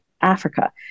Africa